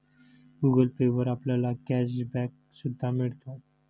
Google Pay वर आपल्याला cashback सुद्धा मिळतो